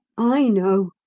i know!